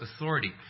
authority